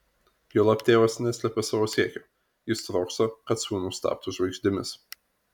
juolab tėvas neslepia savo siekio jis trokšta kad sūnūs taptų žvaigždėmis